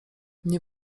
nie